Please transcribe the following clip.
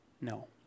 no